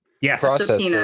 Yes